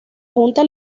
junta